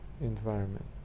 environment